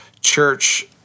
church